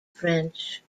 french